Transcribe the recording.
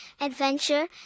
adventure